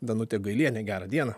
danutė gailienė gerą dieną